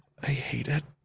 i hate it.